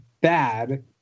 bad